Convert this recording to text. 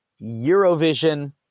Eurovision